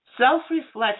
self-reflection